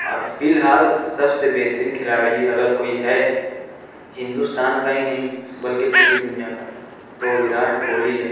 اور فی الحال سب سے بہترین کھلاڑی اگر کوئی ہے ہندوستان کا ہی نہیں بلکہ پوری دنیا کا تو وراٹ کوہلی ہے